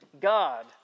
God